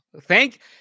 thank